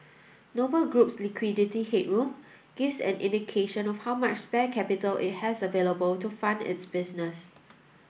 Noble Group's liquidity headroom gives an indication of how much spare capital it has available to fund its business